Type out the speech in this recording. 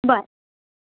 bye